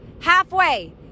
halfway